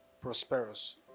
prosperous